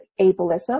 ableism